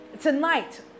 tonight